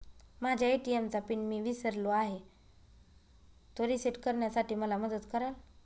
माझ्या ए.टी.एम चा पिन मी विसरलो आहे, तो रिसेट करण्यासाठी मला मदत कराल?